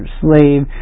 slave